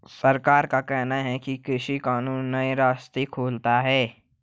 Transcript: सरकार का कहना है कि कृषि कानून नए रास्ते खोलते है